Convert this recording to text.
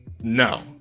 No